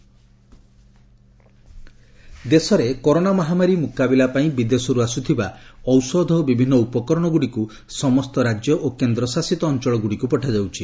foreign aid ଦେଶରେ corona ମହାମାରୀ ମୁକାବିଲା ପାଇଁ ବିଦେଶରୁ ଆସୁଥିବା ଔଷଧ ଓ ବିଭିନ୍ନ ଉପକରଣ ଗୁଡ଼ିକୁ ସମସ୍ତ ରାଜ୍ୟ ଓ କେନ୍ଦ୍ର ଶାସିତ ଅଞ୍ଚଳ ଗୁଡ଼ିକୁ ପଠାଯାଉଛି